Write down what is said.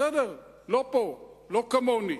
בסדר, לא פה, לא כמוני,